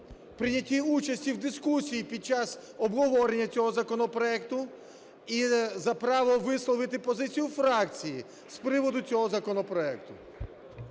прийнятті участі в дискусії під час обговорення цього законопроекту і за право висловити позицію фракції з приводу цього законопроекту.